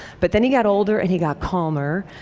but then he got older, and he got calmer,